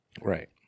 Right